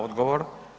Odgovor.